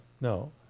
no